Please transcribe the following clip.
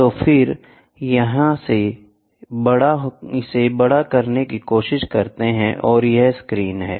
तो फिर यह इसे बड़ा करने की कोशिश करता है और यह स्क्रीन है